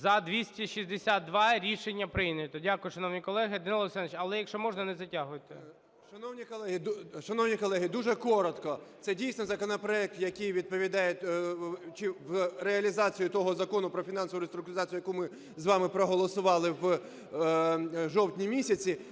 За-262 Рішення прийнято. Дякую, шановні колеги. Данило Олександрович, але, якщо можна, не затягуйте. 13:24:20 ГЕТМАНЦЕВ Д.О. Шановні колеги, дуже коротко. Це дійсно законопроект, який відповідає реалізації того Закону про фінансову реструктуризацію, яку ми з вами проголосували в жовтні місяці.